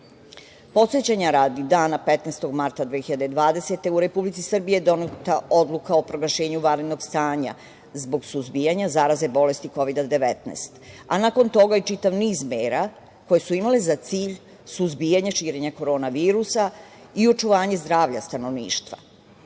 sredstava. Podsećanja radi, dana 15. marta 2020. godine, u Republici Srbiji je doneta Odluka o proglašenju vanrednog stanja zbog suzbijanja zarazne bolesti Kovida-19, a nakon toga i čitav niz mera koje su imale za cilj suzbijanje širenja korona virusa i očuvanje zdravlja stanovništva.